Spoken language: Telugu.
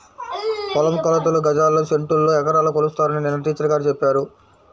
పొలం కొలతలు గజాల్లో, సెంటుల్లో, ఎకరాల్లో కొలుస్తారని నిన్న టీచర్ గారు చెప్పారు